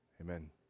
Amen